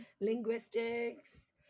linguistics